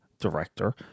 director